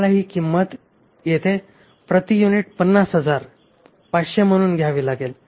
आम्हाला ही किंमत येथे प्रति युनिट 50000 500 म्हणून घ्यावी लागेल